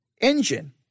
engine